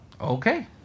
Okay